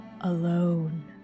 alone